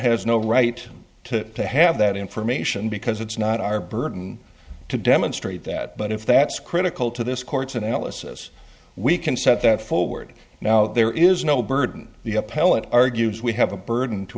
has no right to to have that information because it's not our burden to demonstrate that but if that's critical to this court's analysis we can set that forward now there is no burden the appellate argues we have a burden to